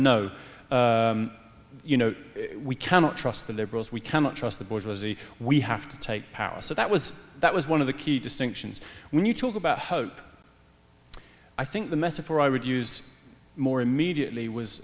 no you know we cannot trust the liberals we cannot trust the boys was a we have to take power so that was that was one of the key distinctions when you talk about hope i think the metaphor i would use more immediately was